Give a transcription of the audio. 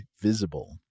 Visible